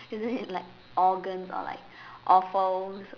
isn't it like organs or like offals